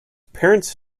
parents